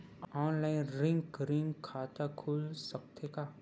Online recurring खाता खुल सकथे का?